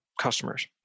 customers